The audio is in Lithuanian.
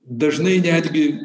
dažnai netgi